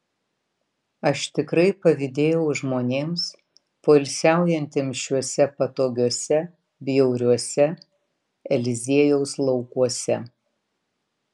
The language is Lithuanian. aš tikrai pavydėjau žmonėms poilsiaujantiems šiuose patogiuose bjauriuose eliziejaus laukuose